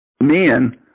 men